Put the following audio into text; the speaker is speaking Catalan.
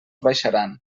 baixaran